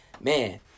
man